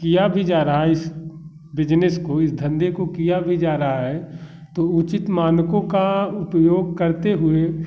किया भी जा रहा है इस बिजनेस को इस धंधे को किया भी जा रहा है तो उचित मानकों का उपयोग करते हुए